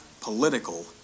political